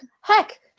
Heck